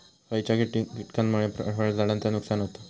खयच्या किटकांमुळे फळझाडांचा नुकसान होता?